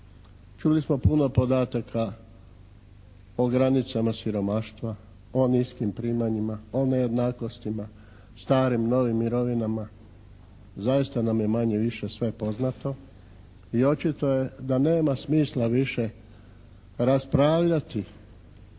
Čuli smo puno podataka o granicama siromaštva, o niskim primanjima, o nejednakostima, starim, novim mirovinama. Zaista nam je manje-više sve poznato i očito je da nema smisla više raspravljati